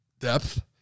depth